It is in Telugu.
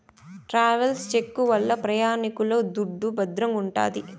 ట్రావెల్స్ చెక్కు వల్ల ప్రయాణికుల దుడ్డు భద్రంగుంటాది